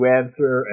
answer